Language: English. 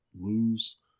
lose